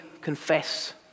confess